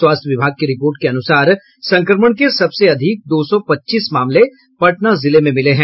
स्वास्थ्य विभाग की रिपोर्ट के अनुसार संक्रमण के सबसे अधिक दो सौ पच्चीस मामले पटना जिले में मिले हैं